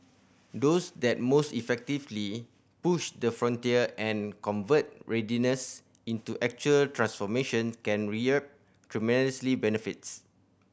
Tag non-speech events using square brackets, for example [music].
those that most effectively push the frontier and convert readiness into actual transformation can reap [unintelligible] benefits